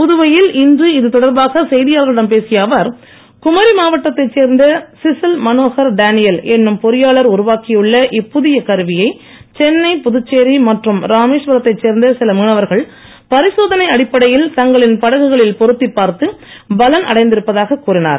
புதுவையில் இன்று இது தொடர்பாக செய்தியாளர்களிடம் பேசிய அவர் குமரி மாவட்டத்தை சேர்ந்த சிசில் மனோகர் டேனியல் என்னும் பொறியாளர் உருவாக்கியுள்ள இப்புதிய கருவியை சென்னை புதுச்சேரி மற்றும் ராமேஸ்வரத்தை சேர்ந்த சில மீனவர்கள் பரிசோதனை அடிப்படையில் தங்களின் படகுகளில் பொருத்தி பார்த்து பலன் அடைந்திருப்பதாக கூறினார்